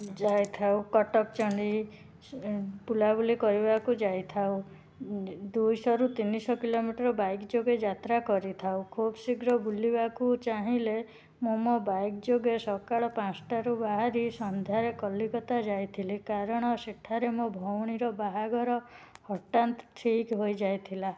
ଯାଇଥାଉ କଟକଚଣ୍ଡୀ ବୁଲାବୁଲି କରିବାକୁ ଯାଇଥାଉ ଦୁଇଶହରୁ ତିନିଶହ କିଲୋମିଟର୍ ବାଇକ୍ ଯୋଗେ ଯାତ୍ରା କରିଥାଉ ଖୁବ୍ ଶୀଘ୍ର ବୁଲିବାକୁ ଚାହିଁଲେ ମୁଁ ମୋ ବାଇକ୍ ଯୋଗେ ସକାଳ ପାଞ୍ଚଟାରୁ ବାହାରି ସନ୍ଧ୍ୟାରେ କଲିକତା ଯାଇଥିଲି କାରଣ ସେଠାରେ ମୋ ଭଉଣୀର ବାହାଘର ହଠାତ୍ ଠିକ୍ ହୋଇଯାଇଥିଲା